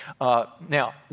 Now